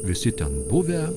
visi ten buvę